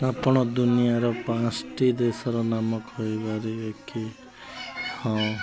ଆପଣ ଦୁନିଆର ପାଞ୍ଚଟି ଦେଶର ନାମ କହିପାରିବେ କି ହଁ